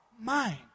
mind